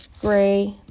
Gray